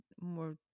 more